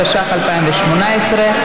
התשע"ח 2018,